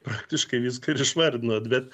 praktiškai viską ir išvardinot bet